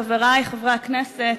חברי חברי הכנסת,